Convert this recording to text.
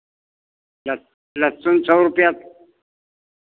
लस लहसुन सौ रुपैया